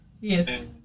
yes